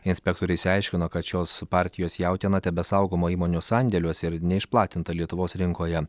inspektoriai išsiaiškino kad šios partijos jautiena tebesaugoma įmonių sandėliuose ir neišplatinta lietuvos rinkoje